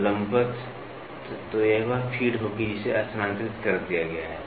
तो लंबवत तो यह वह फ़ीड होगी जिसे स्थानांतरित कर दिया गया है